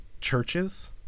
churches